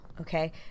Okay